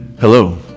Hello